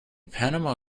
panama